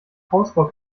hausbau